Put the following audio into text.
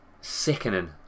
sickening